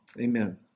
Amen